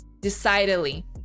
Decidedly